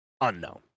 unknown